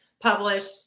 published